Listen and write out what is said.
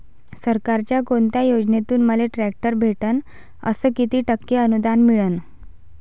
सरकारच्या कोनत्या योजनेतून मले ट्रॅक्टर भेटन अस किती टक्के अनुदान मिळन?